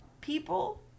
people